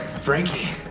Frankie